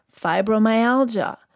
fibromyalgia